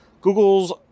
Google's